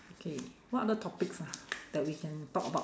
okay what other topics ah that we can talk about